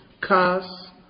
cars